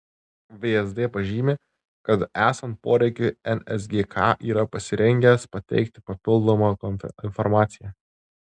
vsd pažymi kad esant poreikiui nsgk yra pasirengęs pateikti papildomą informaciją